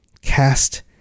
cast